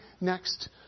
next